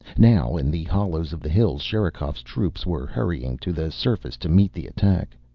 now, in the hollows of the hills, sherikov's troops were hurrying to the surface to meet the attack.